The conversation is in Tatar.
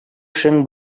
эшең